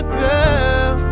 girl